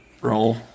Roll